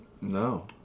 No